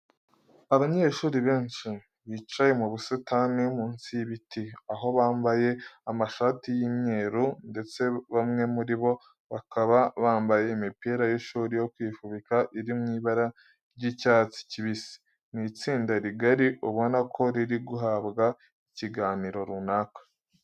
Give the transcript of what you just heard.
Abanyeshuri benshi bicaye mu busitani munsi y'ibiti aho bambayr amashati y'imyeru ndetse bamwe muri bo bakaba bambaye imipira y'ishuri yo kwifubika iri mu ibara ry'icyatdi kibisi. Ni itsinda rigari ubona ko riri guhabwa ikiganiro runaka.